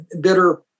bitter